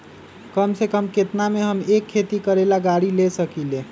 कम से कम केतना में हम एक खेती करेला गाड़ी ले सकींले?